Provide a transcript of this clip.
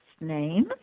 name